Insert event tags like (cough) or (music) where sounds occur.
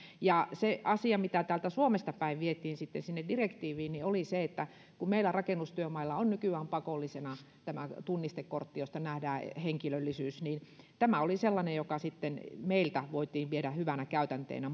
se asia mitä täältä suomesta päin vietiin sinne direktiiviin oli se että meillä rakennustyömailla on nykyään pakollisena tämä tunnistekortti josta nähdään henkilöllisyys tämä oli sellainen mikä meiltä voitiin viedä muuallepäin hyvänä käytänteenä (unintelligible)